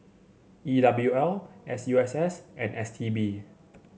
E W L S U S S and S T B